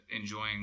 enjoying